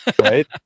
right